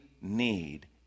need